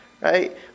right